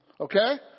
Okay